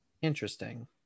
interesting